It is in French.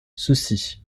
cessy